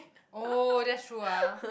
oh that's true ah